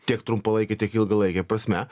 tiek trumpalaike tiek ilgalaike prasme